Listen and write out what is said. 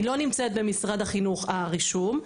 היא לא נמצאת במשרד החינוך הרישום,